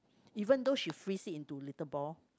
even though she freeze it into little ball